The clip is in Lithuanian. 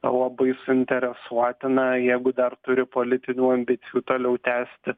labai suinteresuoti na jeigu dar turi politinių ambicijų toliau tęsti